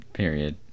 period